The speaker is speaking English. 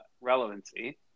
relevancy